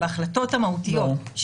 בהחלטות המהותיות,